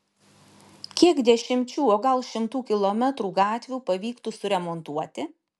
kiek dešimčių o gal šimtų kilometrų gatvių pavyktų suremontuoti